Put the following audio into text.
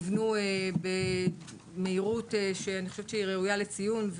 הן נבנו במהירות שאני חושבת שהיא ראויה לציון,